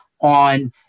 on